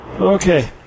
Okay